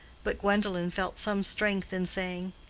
but gwendolen felt some strength in saying,